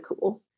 cool